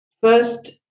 first